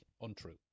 untrue